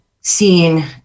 seen